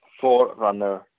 forerunner